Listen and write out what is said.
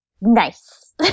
nice